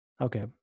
Okay